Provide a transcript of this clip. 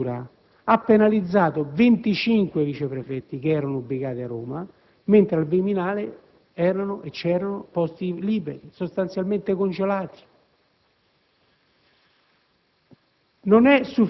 In particolare, tale procedura ha penalizzato 25 viceprefetti ubicati a Roma, mentre al Viminale vi erano posti liberi, sostanzialmente congelati.